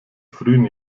frühen